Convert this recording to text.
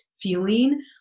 feeling